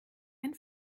ein